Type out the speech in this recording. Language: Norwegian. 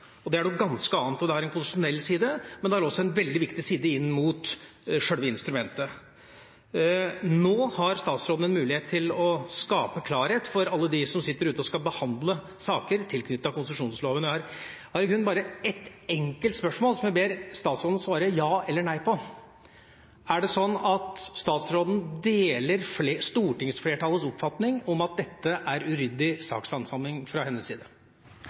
Det er noe ganske annet. Det har en konstitusjonell side, men det har også en veldig viktig side inn mot sjølve instrumentet. Nå har statsråden en mulighet til å skape klarhet for alle dem som sitter rundt om og skal behandle saker tilknyttet konsesjonsloven. Jeg har i grunnen bare ett enkelt spørsmål, som jeg ber statsråden svare ja eller nei på. Er det slik at statsråden deler stortingsflertallets oppfatning om at dette er uryddig sakshandsaming fra hennes side?